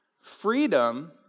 Freedom